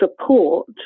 support